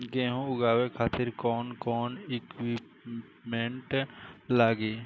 गेहूं उगावे खातिर कौन कौन इक्विप्मेंट्स लागी?